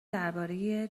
درباره